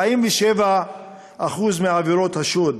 47% מעבירות השוד.